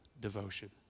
devotion